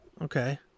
Okay